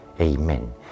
Amen